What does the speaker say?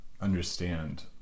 understand